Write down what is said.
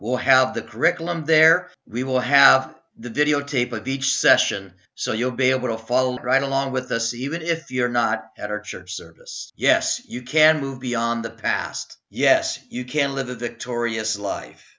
will have the curriculum there we will have the videotape of each session so you'll be able to follow right along with us even if you're not at our church service yes you can move beyond the past yes you can live a victorious life